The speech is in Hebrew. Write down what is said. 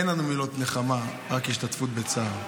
אין לנו מילות נחמה, רק השתתפות בצער.